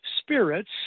spirits